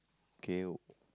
okay o~